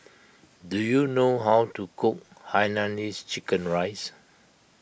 do you know how to cook Hainanese Chicken Rice